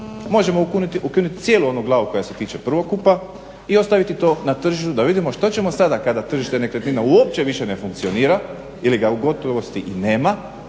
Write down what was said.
možemo ukinuti cijelu onu glavu koja se tiče prvokupa i ostaviti to na tržištu da vidimo što ćemo sada kada tržište nekretnina uopće više ne funkcionira ili ga u gotovosti i nema.